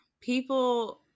people